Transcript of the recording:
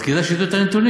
אז כדאי שתדעו את הנתונים,